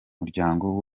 muryango